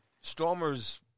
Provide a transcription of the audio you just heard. Stormers